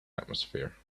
atmosphere